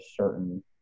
certain